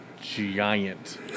giant